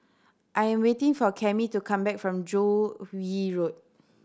I'm waiting for Cammie to come back from Joo Yee Road